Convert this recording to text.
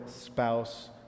spouse